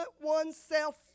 oneself